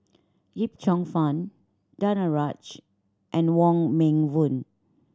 Yip Cheong Fun Danaraj and Wong Meng Voon